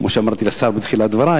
כמו שאמרתי לשר בתחילת דברי,